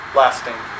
lasting